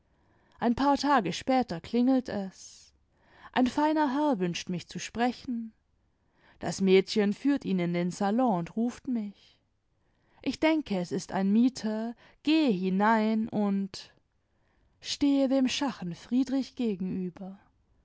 eiiii paar tage später klingelt es ein feiner herr wünscht mich zu sprechen das mädchen führt ihn in den salon und ruft mich ich denke es ist ein mieter gehe hinein und stehe dem schachen friedrich gegenüber